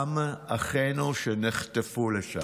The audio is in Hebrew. גם אחינו שנחטפו לשם.